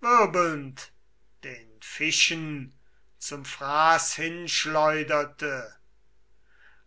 wirbelnd den fischen zum fraß hinschleuderte